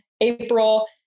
April